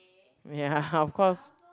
ya of course